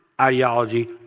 ideology